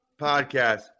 podcast